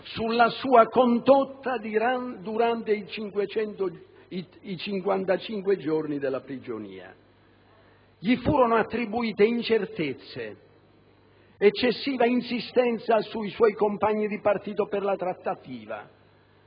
sulla sua condotta durante i 55 giorni della prigionia. Gli furono attribuite incertezze, eccessiva insistenza sui suoi compagni di partito per la trattativa,